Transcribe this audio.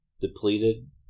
depleted